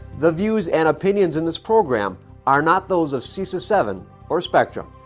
the views and opinions in this program are not those of cesa seven or spectrum.